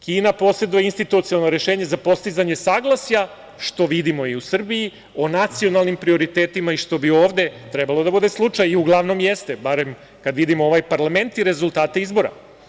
Kina poseduje institucionalno rešenje za postizanje saglasja, što vidimo i u Srbiji, o nacionalnim prioritetima i što bi ovde trebalo da bude slučaj, i u glavnom, jeste, barem kad vidimo ovaj parlament i rezultate izbora.